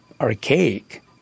archaic